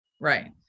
Right